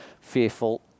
fearful